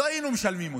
לא היינו משלמים אותם,